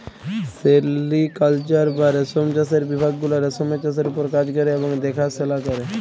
sericulture বা রেশম চাষের বিভাগ গুলা রেশমের চাষের উপর কাজ ক্যরে এবং দ্যাখাশলা ক্যরে